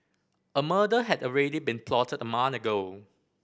a murder had already been plotted a month ago